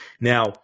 Now